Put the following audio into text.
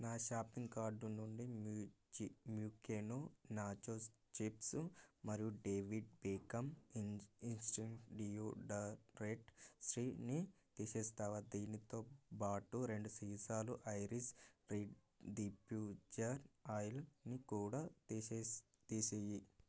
నా shopping cart నుండి మిర్చి మ్యూకెను నాచో చిప్సు మరియు David Beckham in instant deodorant స్ప్రేని తీసేస్తావా దీనితో పాటు రెండు సీసాలు ఐరిస్ రీడ్ ది ఫ్యూచర్ ఆయిల్ని కూడా తీసేసి తీసెయ్యి